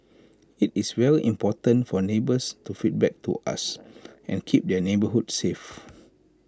IT is very important for neighbours to feedback to us and keep their neighbourhoods safe